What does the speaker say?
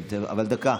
אבל דקה.